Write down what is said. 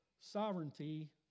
sovereignty